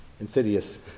insidious